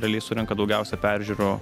realiai surenka daugiausia peržiūrų